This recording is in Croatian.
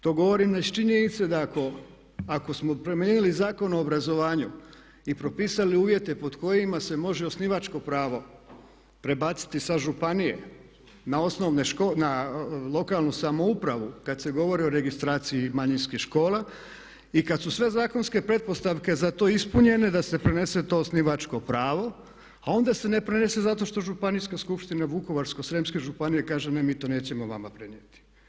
To govorim iz činjenice da ako smo promijenili Zakon o obrazovanju i propisali uvjete pod kojima se može osnivačko pravo prebaciti sa županije na osnovne škole, na lokalnu samoupravu kad se govori o registraciji manjinskih škola i kad su sve zakonske pretpostavke za to ispunjene da se prenese to osnivačko pravo a onda se ne pronese zato što Županijska skupština Vukovarsko-srijemske županije kaže ne mi to nećemo vama prenijeti.